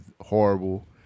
horrible